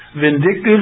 vindictive